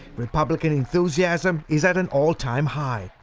republican enthusiasm is at an all-time high.